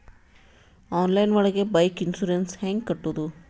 Online ಒಳಗೆ bike insurance ಹ್ಯಾಂಗ್ ಕಟ್ಟುದು?